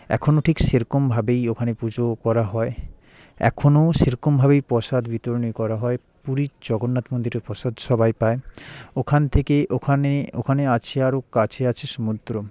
এখনও ঠিক সে রকমভাবেই ওখানে পুজো করা হয় এখনও সে রকমভাবেই প্রসাদ বিতরণী করা হয় পুরীর জগন্নাথ মন্দিরের প্রসাদ সবাই পায় ওখান থেকে ওখানে ওখানে আছে আরো কাছে আছে সমুদ্র